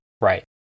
right